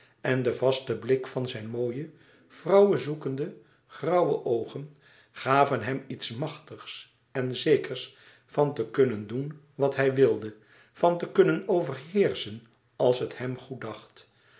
en de vaste blik van zijn mooie vrouwen zoekende grauwe oogen gaven hem iets machtigs en zekers van te kunnen doen wat hij wilde van te kunnen overheerschen als het hem